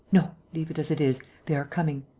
no, leave it as it is. they are coming.